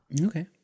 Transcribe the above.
Okay